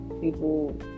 people